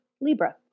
Libra